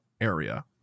area